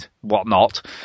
whatnot